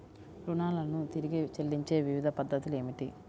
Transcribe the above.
రుణాలను తిరిగి చెల్లించే వివిధ పద్ధతులు ఏమిటి?